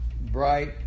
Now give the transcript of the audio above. bright